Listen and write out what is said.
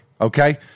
Okay